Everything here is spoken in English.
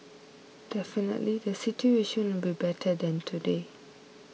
definitely the situation will be better than today